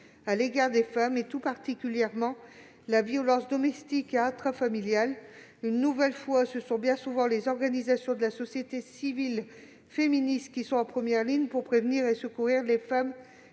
à l'égard des femmes, tout particulièrement la violence domestique intrafamiliale. Une nouvelle fois, ce sont bien souvent les organisations féministes de la société civile qui sont en première ligne pour prévenir et secourir les femmes